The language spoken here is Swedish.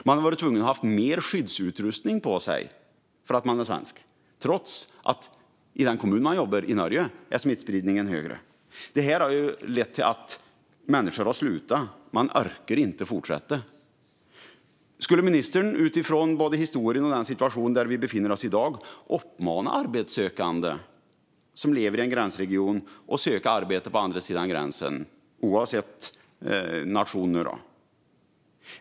De har varit tvungna att ha mer skyddsutrustning på sig därför att de är svenskar, trots att smittspridningen varit högre i den kommun i Norge som de jobbar i. Detta har lett till att människor har slutat - de har inte orkat fortsätta. Skulle ministern, både utifrån historien och utifrån den situation som vi i dag befinner oss i, uppmana arbetssökande som lever i en gränsregion att söka arbete på andra sidan gränsen, oavsett nation?